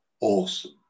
Awesome